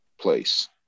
place